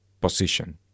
position